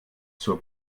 zur